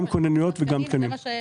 גם כוננויות וגם תקנים.